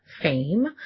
fame